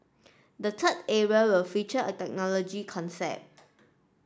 the third area will feature a technology concept